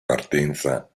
partenza